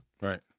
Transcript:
Right